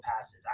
passes